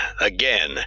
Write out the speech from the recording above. again